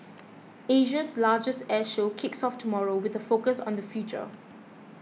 Asia's largest air show kicks off tomorrow with a focus on the future